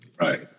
Right